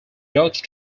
dutch